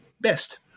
best